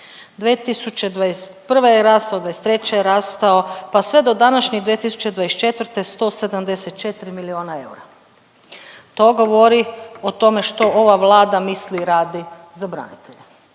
2021. je raslo, 2023. je rastao pa sve do današnje 2024. 174 milijona eura. To govori o tome što ova Vlada misli, radi za branitelje.